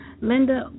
Linda